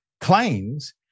claims